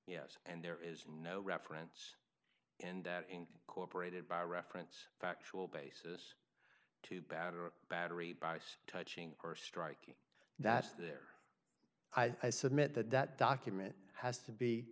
yes and there is no reference in that incorporated by reference factual basis to battle battery beis touching or striking that's there i submit that that document has to be